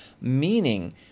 meaning